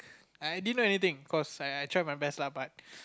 I didn't know anything cause I try my best lah but